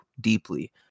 deeply